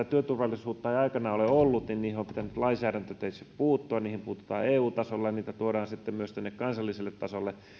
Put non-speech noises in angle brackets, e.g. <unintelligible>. <unintelligible> työturvallisuutta ei aikanaan ole ollut siihen on pitänyt lainsäädäntöteitse puuttua siihen puututaan eu tasolla ja sitä tuodaan sitten myös tänne kansalliselle tasolle